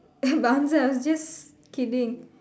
but I'm just I was just kidding